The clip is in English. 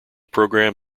program